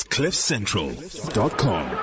CliffCentral.com